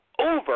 over